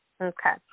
Okay